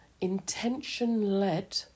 intention-led